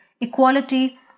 equality